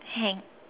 hang